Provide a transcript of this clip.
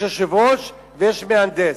יש יושב-ראש ויש מהנדס.